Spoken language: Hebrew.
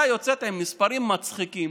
הוא שהזרקור מופנה לכל המקומות הלא-נכונים.